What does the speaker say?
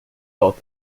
both